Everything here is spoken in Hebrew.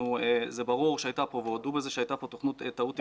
זה ברור והודו בזה שהייתה פה טעות תכנונית,